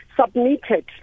submitted